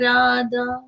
Radha